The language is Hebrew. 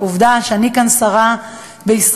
עובדה שאני כאן שרה בישראל,